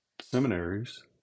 seminaries